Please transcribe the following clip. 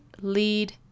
lead